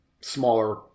smaller